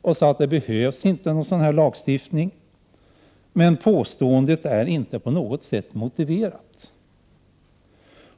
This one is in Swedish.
och sade att det inte behövs någon sådan här lagstiftning. Hon motiverade emellertid inte på något sätt det påståendet.